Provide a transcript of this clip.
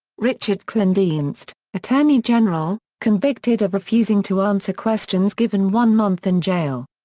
richard kleindienst, attorney general, convicted of refusing to answer questions given one month in jail.